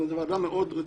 זאת ועדה מאוד רצינית.